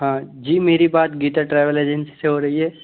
हाँ जी मेरी बात गीता ट्रैवल एजेंसी से हो रही है